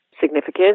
significant